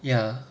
ya